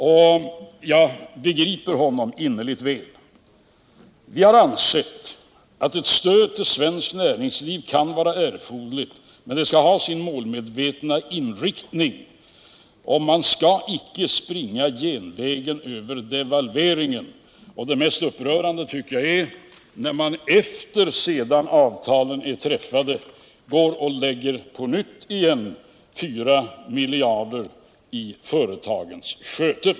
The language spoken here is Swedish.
Jag förstår honom innerligt väl. Vi har ansett att ett stöd för svenskt näringsliv kan vara erforderligt, men det skall ha sin målmedvetna inriktning. Man skall inte springa genvägen över devalveringen. Men det mest upprörande är när man efter det att avtalen har träffats på nytt lägger 4 miljarder i företagens sköte.